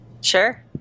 Sure